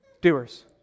doers